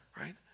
right